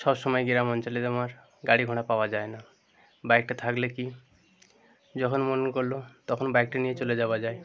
সব সময় গ্রাম অঞ্চলেতে আমার গাড়ি ঘোড়া পাওয়া যায় না বাইকটা থাকলে কি যখন মন করলো তখন বাইকটি নিয়ে চলে যাওয়া যায়